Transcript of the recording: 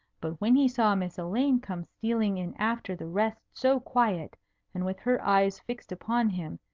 but when he saw miss elaine come stealing in after the rest so quiet and with her eyes fixed upon him,